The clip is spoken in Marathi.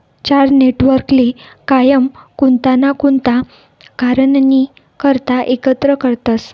चार नेटवर्कले कायम कोणता ना कोणता कारणनी करता एकत्र करतसं